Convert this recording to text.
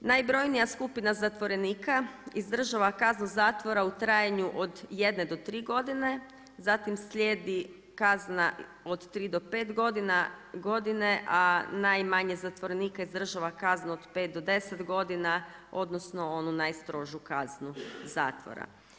Najbrojnija skupina zatvorenika izdržava kaznu zatvora u trajanju od jedne do tri godine, zatim slijedi kazna od 3 do 5 godine a najmanje zatvorenika izdržava kaznu od 5 do 10 godina odnosno onu najstrožu kaznu zatvora.